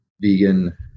vegan